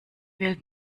welt